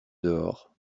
dehors